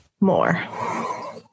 more